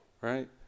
Right